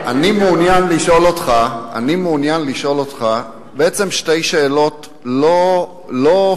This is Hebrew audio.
אני מעוניין לשאול אותך בעצם שתי שאלות לא פילוסופיות,